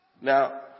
Now